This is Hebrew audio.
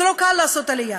זה לא קל לעשות עלייה.